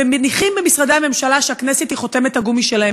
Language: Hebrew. ומניחים במשרדי הממשלה שהכנסת היא חותמת הגומי שלהם.